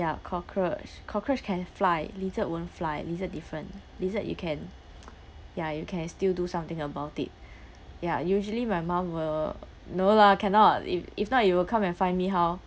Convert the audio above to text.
ya cockroach cockroach can fly lizard won't fly lizard different lizard you can ya you can still do something about it ya usually my mum will no lah cannot if if not it will come and find me how